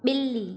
बि॒ल्ली